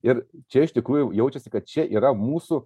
ir čia iš tikrųjų jaučiasi kad čia yra mūsų